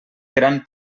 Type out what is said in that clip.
gran